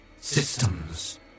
systems